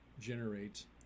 generates